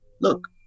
look